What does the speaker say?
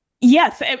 Yes